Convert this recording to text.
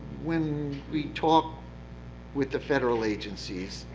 when we talk with the federal agencies,